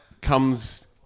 comes